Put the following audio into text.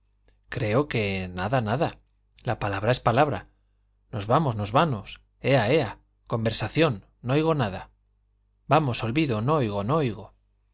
creo que nada nada la palabra es palabra nos vamos nos vamos ea ea conversación no oigo nada vamos olvido no oigo no oigo